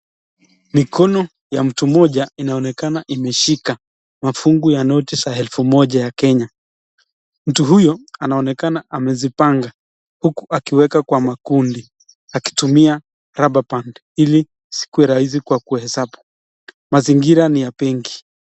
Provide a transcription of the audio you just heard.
Mikono ya mtu mmoja inaonekana imeshika mafungu ya noti za elfu moja ya Kenya. Mtu huyo anaonekana amezipanga huku akiweka kwa makundi akitumia rubber band ili zikuwe rahisi kwa kuhesabu. Mazingira ni ya benki.